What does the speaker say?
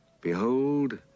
behold